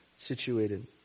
situated